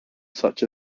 such